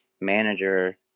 manager